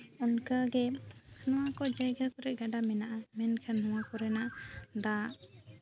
ᱚᱱᱠᱟᱜᱮ ᱱᱚᱣᱟ ᱠᱚ ᱡᱟᱭᱜᱟ ᱠᱚᱨᱮᱜ ᱜᱟᱰᱟ ᱢᱮᱱᱟᱜᱼᱟ ᱢᱮᱱᱠᱷᱟᱱ ᱱᱚᱣᱟ ᱠᱚᱨᱮᱱᱟᱜ ᱫᱟᱜ